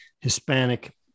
Hispanic